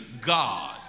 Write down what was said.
God